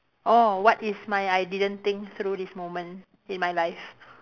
orh what is my I didn't think through this moment in my life